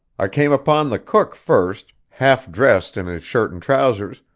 i came upon the cook first, half-dressed in his shirt and trousers,